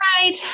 right